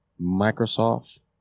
Microsoft